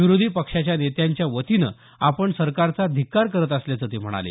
विरोधी पक्षाच्या नेत्यांच्या वतीनं आपण सरकारचा धिक्कार करत असल्याचं ते म्हणाले